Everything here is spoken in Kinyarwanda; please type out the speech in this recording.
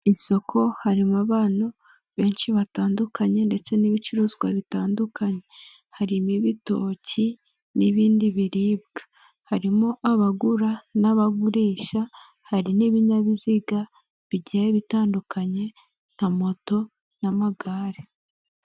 Isoko harimo abantu benshi batandukanye ndetse n'ibicuruzwa bitandukanye, hari ibitoki n'ibindi biribwa, harimo abagura n'abagurisha hari n'ibinyabiziga bigiye bitandukanye nka moto n'amagare.